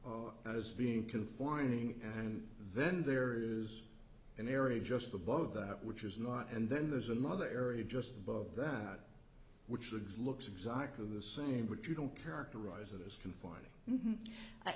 was being conforming and then there is an area just above that which is not and then there's another area just above that which would looks exactly the same but you don't characterize it as confining